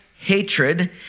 hatred